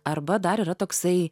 arba dar yra toksai